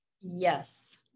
Yes